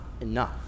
enough